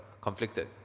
conflicted